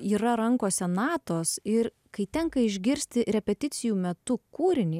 yra rankose natos ir kai tenka išgirsti repeticijų metu kūrinį